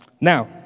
Now